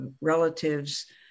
relatives